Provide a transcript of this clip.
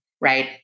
right